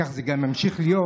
כך זה גם ימשיך להיות,